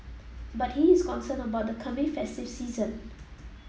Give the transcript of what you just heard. but he is concerned about the coming festive season